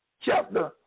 Chapter